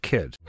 Kid